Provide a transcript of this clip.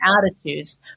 attitudes